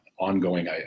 Ongoing